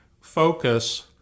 focus